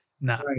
no